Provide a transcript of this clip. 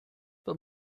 but